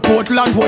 Portland